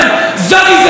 זו גזענות,